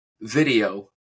video